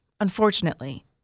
unfortunately